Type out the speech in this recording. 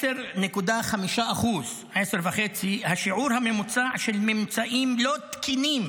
10.5% הוא השיעור הממוצע של ממצאים לא תקינים